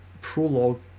prologue